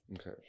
okay